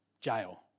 jail